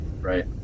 Right